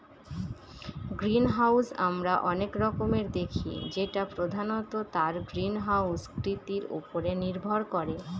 greenhouse আমরা অনেক রকমের দেখি যেটা প্রধানত তার গ্রিনহাউস কৃতির উপরে নির্ভর করে